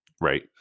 Right